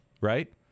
Right